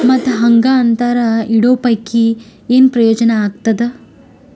ಮತ್ತ್ ಹಾಂಗಾ ಅಂತರ ಇಡೋ ಪೈಕಿ, ಏನ್ ಪ್ರಯೋಜನ ಆಗ್ತಾದ?